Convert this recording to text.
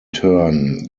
turn